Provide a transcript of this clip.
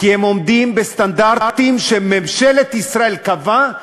כי הם עומדים בסטנדרטים שממשלת ישראל קבעה,